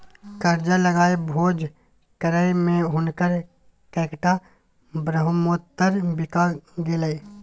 करजा लकए भोज करय मे हुनक कैकटा ब्रहमोत्तर बिका गेलै